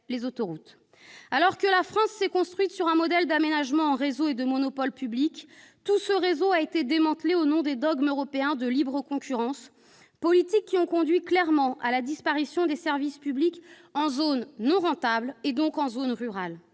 les autoroutes ... Alors que la France s'est construite sur un modèle d'aménagement en réseau et de monopole public, tout ce réseau a été démantelé au nom des dogmes européens de libre concurrence, au terme de politiques qui ont conduit clairement à la disparition des services publics en zones non rentables, et donc en zones rurales.